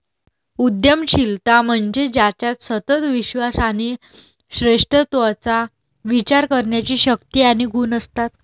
उद्यमशीलता म्हणजे ज्याच्यात सतत विश्वास आणि श्रेष्ठत्वाचा विचार करण्याची शक्ती आणि गुण असतात